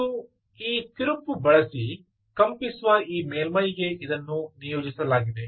ಮತ್ತು ಈ ತಿರುಪು ಬಳಸಿ ಕಂಪಿಸುವ ಈ ಮೇಲ್ಮೈಗೆ ಇದನ್ನು ನಿಯೋಜಿಸಲಾಗಿದೆ